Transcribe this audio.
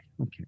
Okay